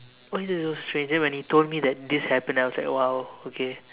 why is it so strange then when he told me that this happened then I was like !wow! okay